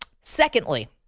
Secondly